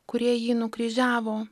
kurie jį nukryžiavo